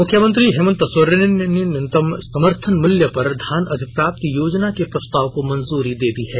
मूख्यमंत्री हेमंत सोरेन ने न्यूनतम समर्थन मूल्य पर धान अधिप्राप्ति योजना के प्रस्ताव को मंजूरी दे दी है